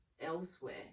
elsewhere